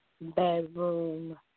bedroom